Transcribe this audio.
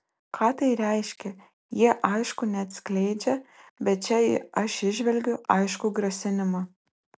ką tai reiškia jie aišku neatskleidžia bet čia aš įžvelgiu aiškų grasinimą